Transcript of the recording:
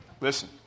Listen